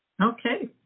Okay